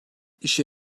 işe